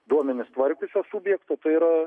duomenis tvarkiusio subjekto tai yra